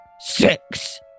six